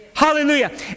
Hallelujah